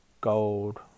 gold